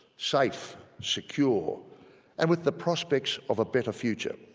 safe, secure and with the prospects of a better future.